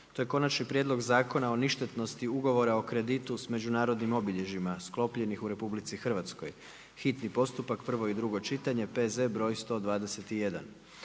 Konačni prijedlog zakona o ništetnosti Ugovora o kreditu s međunarodnim obilježjem sklopljenih u REPUBLICI Hrvatskoj, hitni postupak, prvo i drugo čitanje, P.Z. 121.